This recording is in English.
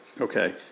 Okay